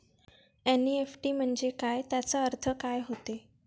NEFT म्हंजे काय, त्याचा अर्थ काय होते?